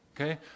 okay